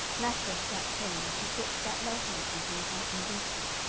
matter-of-fact tone as she talked about love-making being unconvincing.